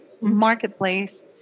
marketplace